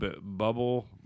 Bubble